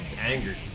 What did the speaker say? angry